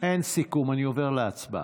אין סיכום, אני עובר להצבעה.